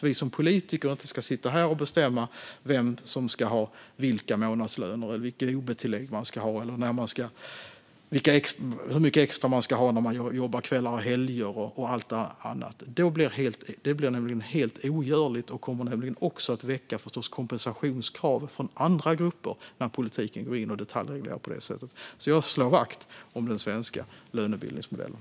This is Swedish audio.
Vi som politiker ska inte sitta här och bestämma vem som ska ha vilken månadslön, vilket ob-tillägg människor ska ha eller hur mycket extra de ska ha när de jobbar kvällar och helger. Det blir nämligen helt ogörligt. Om politiken går in och detaljreglerar på det sättet kommer det dessutom att väcka kompensationskrav från andra grupper. Jag slår vakt om den svenska lönebildningsmodellen.